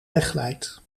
wegglijdt